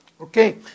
Okay